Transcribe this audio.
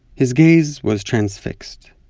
his gaze was transfixed.